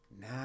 now